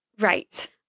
Right